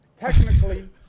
Technically